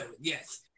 yes